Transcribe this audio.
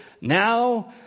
Now